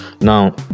now